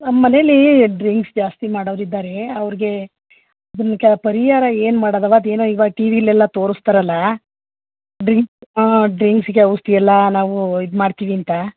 ನಮ್ಮ ಮನೇಲ್ಲಿ ಡ್ರಿಂಕ್ಸ್ ಜಾಸ್ತಿ ಮಾಡವ್ರು ಇದ್ದಾರೆ ಅವ್ರಿಗೆ ಪರಿಹಾರ ಏನು ಮಾಡೋದವ್ವ ಅದು ಏನೋ ಈವಾಗ ಟಿ ವಿಲೆಲ್ಲ ತೋರಿಸ್ತಾರಲ್ಲ ಡ್ರಿಂಕ್ ಹಾಂ ಡ್ರಿಂಕ್ಸ್ಗೆ ಔಷ್ಧಿ ಎಲ್ಲ ನಾವು ಇದು ಮಾಡ್ತೀವಿ ಅಂತ